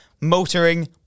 motoring